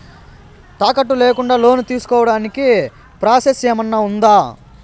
తాకట్టు లేకుండా లోను తీసుకోడానికి ప్రాసెస్ ఏమన్నా ఉందా?